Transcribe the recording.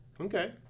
Okay